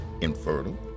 infertile